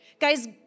guys